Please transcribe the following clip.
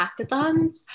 hackathons